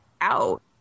out